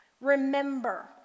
Remember